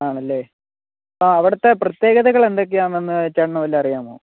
ആണല്ലേ ആ അവിടുത്തെ പ്രത്യേകതകൾ എന്തൊക്കെയാണെന്ന് ചേട്ടന് വല്ലതും അറിയാമോ